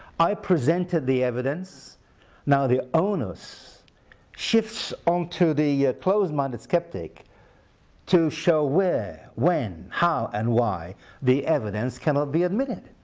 i? presented the evidence now the onus shifts onto the closed-minded skeptic to show where when how and why the evidence cannot be admitted?